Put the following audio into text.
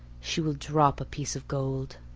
she will drop a piece of gold.